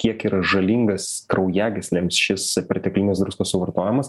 kiek yra žalingas kraujagyslėms šis perteklinis druskos suvartojimas